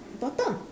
bottom